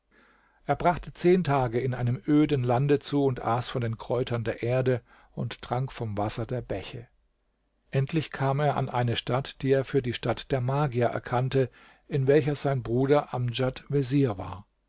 er brachte zehn tage in einem öden lande zu und aß von den kräutern der erde und trank vom wasser der bäche endlich kam er an eine stadt die er für die stadt der magier erkannte in welcher sein bruder amdjad vezier war